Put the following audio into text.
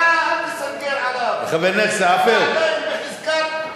אתה אל תסנגר עליו, אתה עדיין בחזקת אורח שם.